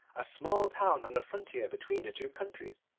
a small town on the frontier between the two countries,